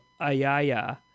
Ayaya